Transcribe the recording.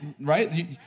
Right